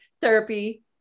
therapy